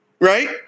Right